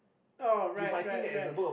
oh right right right